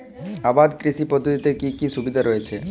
আবাদ কৃষি পদ্ধতির কি কি সুবিধা রয়েছে?